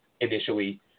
initially